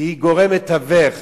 כי היא גורם מתווך,